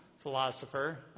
Philosopher